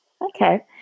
Okay